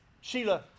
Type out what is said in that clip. Sheila